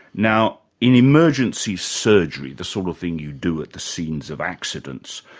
now, in emergency surgery, the sort of thing you do at the scenes of accidents,